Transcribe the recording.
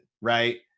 right